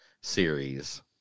series